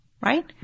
Right